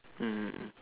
mm mm mm